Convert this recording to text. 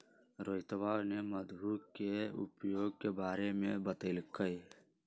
रोहितवा ने मधु के उपयोग के बारे में बतल कई